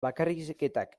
bakarrizketak